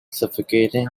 suffocating